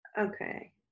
okay